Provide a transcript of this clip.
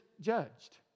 judged